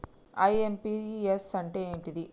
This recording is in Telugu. ఐ.ఎమ్.పి.యస్ అంటే ఏంటిది?